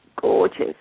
gorgeous